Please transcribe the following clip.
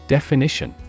Definition